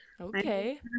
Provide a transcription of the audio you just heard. Okay